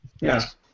Yes